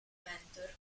mentor